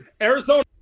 Arizona